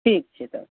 ठीक छै तऽ